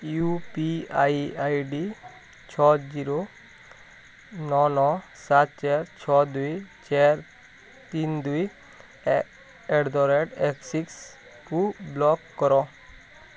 you P I ID ଛଅ zero ନଅ ନଅ ସାତ ଚାରି ଛଅ ଦୁଇ ଚାରି ତିନି ଦୁଇ ଆଟ୍ ଦ ରେଟ୍ ଆକ୍ସିସ୍କୁ ବ୍ଲକ୍ କର